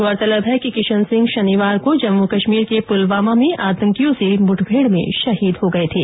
गौरतलब है कि किशन सिंह शनिवार को जम्मू कश्मीर के पुलवामा में आतंकियों से मुठमेड में शहीद हो गए थे